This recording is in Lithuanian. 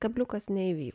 kabliukas neįvyko